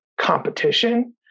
competition